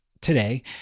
today